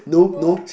no